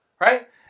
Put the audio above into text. Right